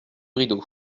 rideau